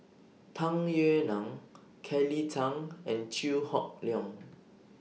Tung Yue Nang Kelly Tang and Chew Hock Leong